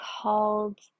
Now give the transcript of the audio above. called